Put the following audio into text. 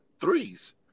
threes